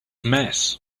mess